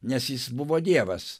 nes jis buvo dievas